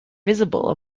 visible